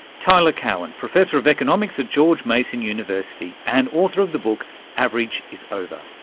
tyler cowen, professor of economics at george mason university, and author of the book average is over.